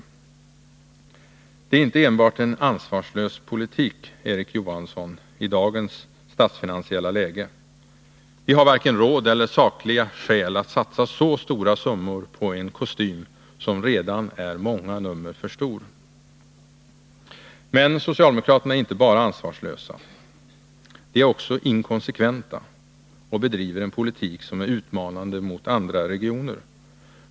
Detta är inte enbart en ansvarslös politik, Erik Johansson, i dagens statsfinansiella läge. Vi har varken råd eller sakliga skäl att satsa så stora summor på en kostym som redan är många nummer för stor. Men socialdemokraterna är inte bara ansvarslösa. De är också inkonsekventa och bedriver en politik som är utmanande mot andra regioner.